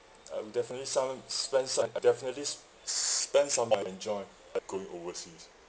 um definitely some spend some definitely s~ s~ spend some while enjoy like going overseas